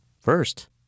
First